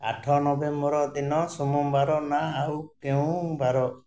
ଆଠ ନଭେମ୍ବର ଦିନ ସୋମବାର ନା ଆଉ କେଉଁ ବାର